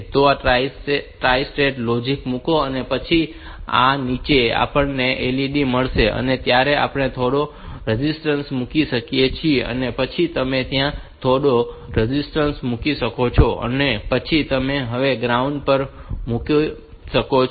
તો આ tri state logic મૂકો અને પછી આની નીચે આપણને તે LED મળી છે ત્યાં આપણે થોડો રેઝીસ્ટન્સ મૂકી શકીએ છીએ અને પછી તમે ત્યાં થોડો રેઝીસ્ટન્સ મૂકી શકો છો અને પછી તમે તેને હવે ગ્રાઉન્ડ પર મૂકી શકો છો